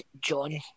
John